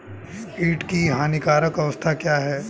कीट की हानिकारक अवस्था क्या है?